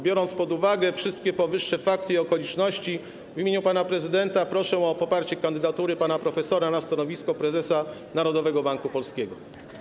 Biorąc pod uwagę wszystkie powyższe fakty i okoliczności, w imieniu pana prezydenta proszę o poparcie kandydatury pana profesora na stanowisko prezesa Narodowego Banku Polskiego.